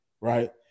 right